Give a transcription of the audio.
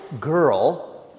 girl